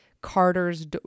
Carter's